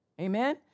Amen